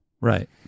Right